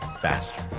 faster